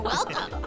Welcome